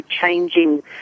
changing